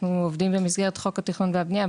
אנחנו עובדים במסגרת חוק התכנון והבנייה,